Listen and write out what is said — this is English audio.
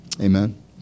Amen